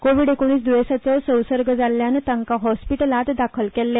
कोरोना द्येंसाचो संसर्ग जाल्ल्यान तांकां हॉस्पिटलांत दाखल केल्ले